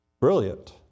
brilliant